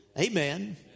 Amen